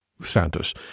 Santos